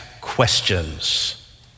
questions